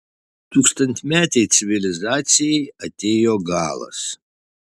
tūkstantmetei civilizacijai atėjo galas